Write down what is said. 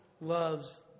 loves